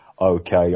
okay